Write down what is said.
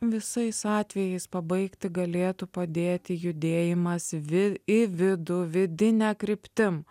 visais atvejais pabaigti galėtų padėti judėjimas vi į vidų vidine kryptim